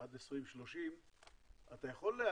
עד 2030 אתם יכולים להעריך,